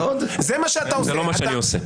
זה לא מה שאני עושה.